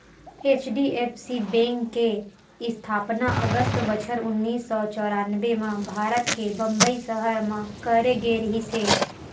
HDFC bank के इस्थापना अगस्त बछर उन्नीस सौ चौरनबें म भारत के बंबई सहर म करे गे रिहिस हे